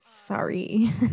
Sorry